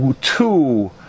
Two